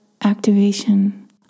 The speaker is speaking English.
activation